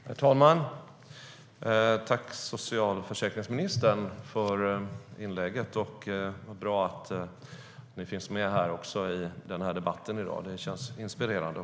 Herr talman! Jag tackar socialförsäkringsministern för hennes inlägg. Det är bra att hon deltar i debatten i dag. Det känns inspirerande.